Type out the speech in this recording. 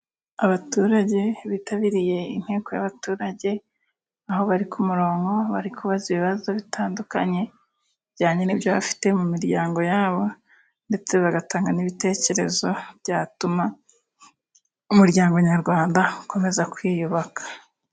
Abaturage bitabiriye inteko y'abaturage, aho bari ku murongo bari kubaza ibibazo bitandukanye bijyanye n'ibyo bafite mu miryango yabo, ndetse bagatanga n'ibitekerezo byatuma umuryango nyarwanda ukomeza kwiyubaka.